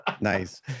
nice